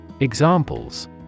Examples